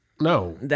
No